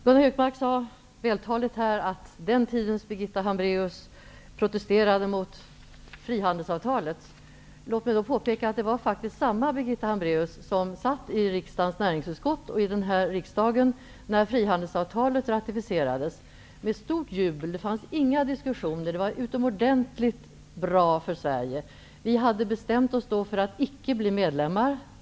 Gunnar Hökmark sade vältaligt att den tidens Birgitta Hambraeus protesterade mot frihandelsavtalet. Låt mig då påpeka att det faktiskt var samma Birgitta Hambraeus som satt i riksdagens näringsutskott och i den här riksdagen när frihandelsavtalet ratificerades. Detta skedde under stort jubel. Det förekom inga diskussioner, utan detta var utomordentligt bra för Sverige. Vi hade då bestämt oss för att icke bli medlemmar.